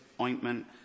ointment